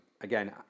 again